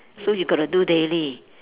so you got to do daily